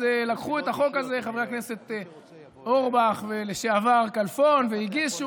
אז לקחו את החוק הזה חברי הכנסת אורבך וחבר הכנסת לשעבר כלפון והגישו,